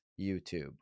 YouTube